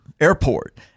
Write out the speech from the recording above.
airport